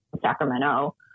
Sacramento